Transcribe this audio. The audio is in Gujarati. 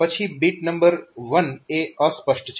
પછી બીટ નંબર 1 એ અસ્પષ્ટ છે